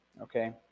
okay